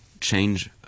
change